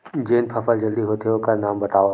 जेन फसल जल्दी होथे ओखर नाम बतावव?